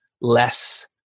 less